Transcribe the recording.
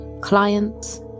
clients